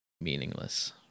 meaningless